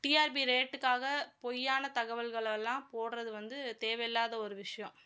TRP ரேட்டுக்காக பொய்யான தகவல்கள எல்லாம் போடுறது வந்து தேவை இல்லாத ஒரு விஷயம்